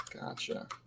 Gotcha